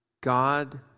God